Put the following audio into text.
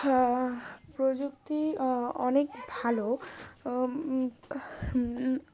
অন্যান্য প্রযুক্তি অনেক ভালো